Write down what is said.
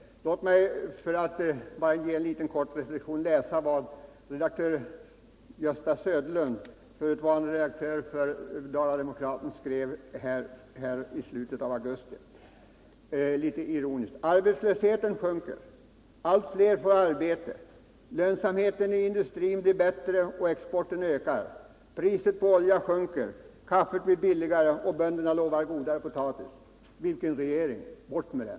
Men låt mig som en kort reflektion om hur socialdemokraterna agerar bara läsa upp vad redaktör Gösta Söderlund — förutvarande redaktör för Dala-Demokraten — litet ironiskt skrev i slutet av augusti i sin spalt i Vestmanlands Läns Tidning: ”Arbetslösheten sjunker, allt fler får arbete, lönsamheten i industrin blir bättre och exporten ökar, priset på olja sjunker, kaffet blir billigare och bönderna lovar godare potatis. Vilken regering; bort med den!”